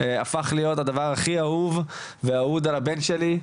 זה הפך להיות הדבר הכי אהוב והכי אהוד על הבן שלי.